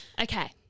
Okay